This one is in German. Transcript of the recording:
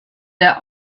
der